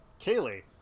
Kaylee